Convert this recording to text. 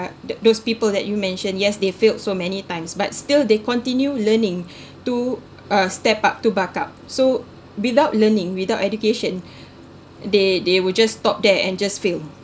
those people that you mentioned yes they failed so many times but still they continue learning to step up to buck up so without learning without education they they will just stop there and just fail